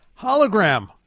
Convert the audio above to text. Hologram